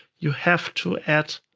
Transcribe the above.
you have to add